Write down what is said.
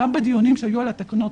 גם בדיונים שהיו על התקנות,